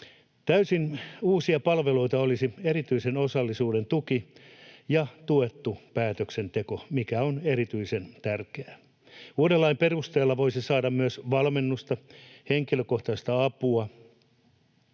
Täysin uusia palveluita olisivat erityinen osallisuuden tuki ja tuettu päätöksenteko, mikä on erityisen tärkeää. Uuden lain perusteella voisi saada myös valmennusta, henkilökohtaista apua,